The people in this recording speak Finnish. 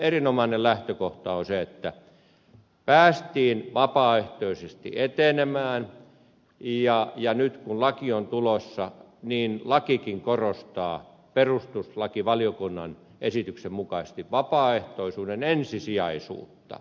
erinomainen lähtökohta on se että päästiin vapaaehtoisesti etenemään ja nyt kun laki on tulossa niin lakikin korostaa perustuslakivaliokunnan esityksen mukaisesti vapaaehtoisuuden ensisijaisuutta